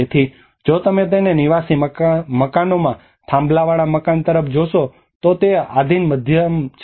તેથી જો તમે તેને નિવાસી મકાનોમાં થાંભલાવાળા મકાન તરફ જોશો તો તે આધિન માધ્યમ છે